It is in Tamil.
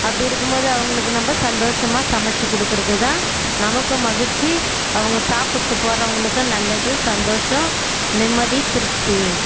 அப்படி இருக்கும் போது அவர்களுக்கு நம்ப சந்தோஷமாக சமைச்சி கொடுக்குறது தான் நமக்கும் மகிழ்ச்சி அவங்க சாப்பிட்டு போகிறவங்களுக்கும் நல்லது சந்தோஷம் நிம்மதி திருப்தி